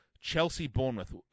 Chelsea-Bournemouth